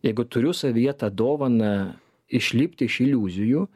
jeigu turiu savyje tą dovaną išlipti iš iliuzijų